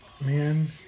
Man